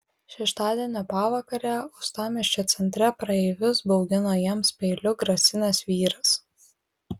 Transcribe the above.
šeštadienio pavakarę uostamiesčio centre praeivius baugino jiems peiliu grasinęs vyras